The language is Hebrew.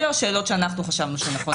אלו השאלות שאנחנו חשבנו שנכון לשאול.